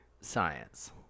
science